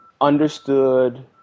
understood